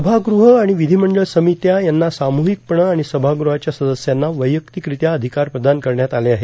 सभाग्रह आणि विधिमंडळ समित्या यांना साम्रहीकपणं आणि सभाग्रहाच्या सदस्यांना वैयक्तिकरित्या अधिकार प्रदान करण्यात आले आहेत